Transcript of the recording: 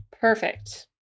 Perfect